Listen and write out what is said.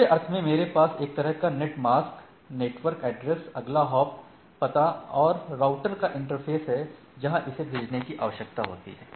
दूसरे अर्थ में मेरे पास एक तरह का नेट मास्क नेटवर्क एड्रेस अगला हॉप पता और राउटर का इंटरफ़ेसहै जहां इसे भेजने की आवश्यकता होती है